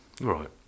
Right